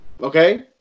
Okay